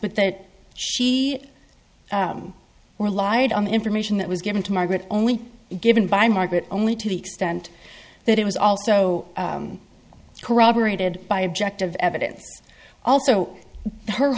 but that she relied on information that was given to margaret only given by margaret only to the extent that it was also corroborated by objective evidence also her